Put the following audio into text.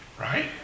right